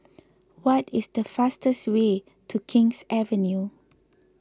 what is the fastest way to King's Avenue